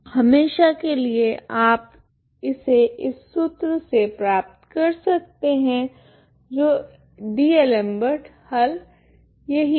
हमेशा के लिए आप इसे इस सूत्र से प्राप्त कर सकते हैं तो डी'एलेम्बर्ट हल यही है